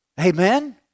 Amen